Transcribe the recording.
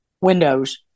Windows